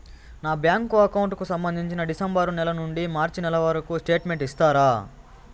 నా bank account కు సంబంధించి డిసెంబరు నెల నుండి మార్చి నెలవరకు స్టేట్మెంట్ ఇస్తారా?